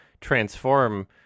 transform